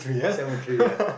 cemetery ya